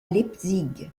leipzig